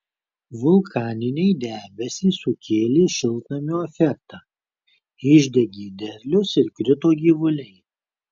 vulkaniniai debesys sukėlė šiltnamio efektą išdegė derlius ir krito gyvuliai